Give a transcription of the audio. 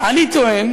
אני טוען